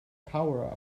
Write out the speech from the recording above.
power